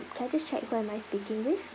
can I just check who am I speaking with